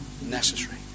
necessary